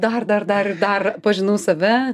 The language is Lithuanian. dar dar dar ir dar pažinau save